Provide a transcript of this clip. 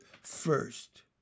first